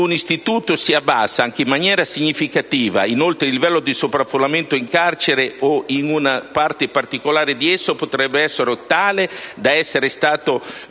un istituto si abbassa anche in maniera significativa; inoltre il livello di sovraffollamento in carcere, o in una parte particolare di esso, potrebbe essere tale da essere inumano